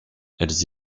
elles